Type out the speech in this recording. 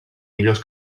millors